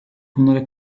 bunlara